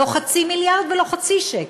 לא חצי מיליארד שקל ולא חצי שקל,